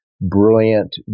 brilliant